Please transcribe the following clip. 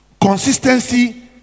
consistency